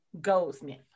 Goldsmith